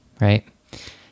right